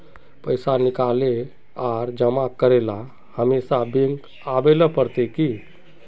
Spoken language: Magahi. पैसा निकाले आर जमा करेला हमेशा बैंक आबेल पड़ते की?